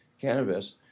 Cannabis